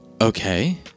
Okay